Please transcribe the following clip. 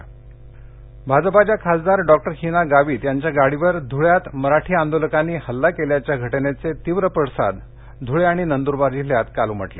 आंदोलन भाजपाच्या खासदार डॉक्टर हिना गावित यांच्या गाडीवर ध्रळ्यात मराठा आंदोलकानी हल्ला केल्याच्या घटनेचे तीव्र पडसाद धुळे आणि नंद्ररबार जिल्ह्यात काल उमटले